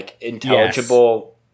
intelligible